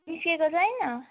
निस्केको छैन